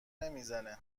نمیزنه